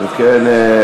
אם כן,